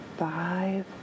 Five